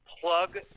plug